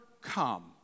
come